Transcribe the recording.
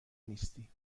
نیستی